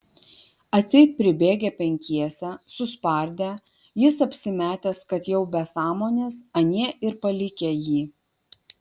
atseit pribėgę penkiese suspardę jis apsimetęs kad jau be sąmonės anie ir palikę jį